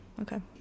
Okay